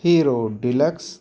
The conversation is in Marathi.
hero deluxe